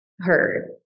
heard